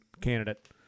candidate